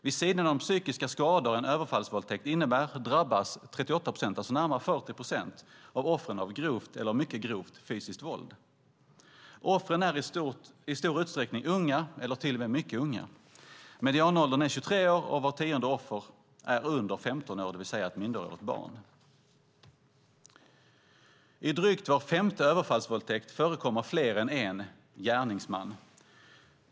Vid sidan av de psykiska skador en överfallsvåldtäkt innebär drabbas 38 procent, alltså närmare 40 procent, av offren av grovt eller mycket grovt fysiskt våld. Offren är i stor utsträckning unga eller till och med mycket unga. Medianåldern är 23 år, och vart tionde offer är under 15 år, det vill säga ett minderårigt barn. I drygt var femte överfallsvåldtäkt förekommer fler än en gärningsman.